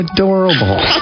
Adorable